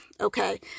okay